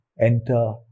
enter